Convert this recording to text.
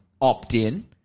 opt-in